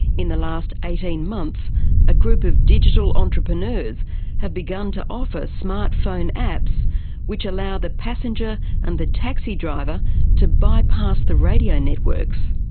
in the last eighteen months a group of digital entrepreneurs have begun to offer smart phone apps which allow the passenger and the taxi driver to bypass the radio networks.